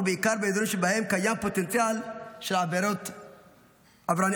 ובעיקר באזורים שבהם קיים פוטנציאל של עבריינות רחוב.